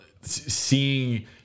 seeing